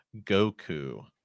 goku